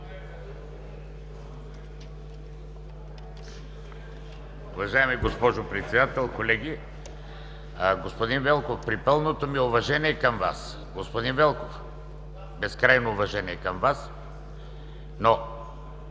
Уважаема госпожо Председател, колеги! Господин Велков, при пълното ми уважение към Вас, безкрайно уважение към Вас, но